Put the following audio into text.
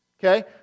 Okay